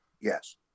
Yes